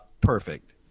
perfect